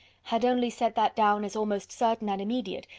had only set that down as almost certain and immediate,